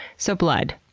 so, blood.